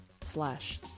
slash